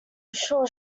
sure